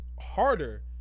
harder